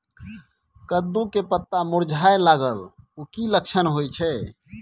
कद्दू के पत्ता मुरझाय लागल उ कि लक्षण होय छै?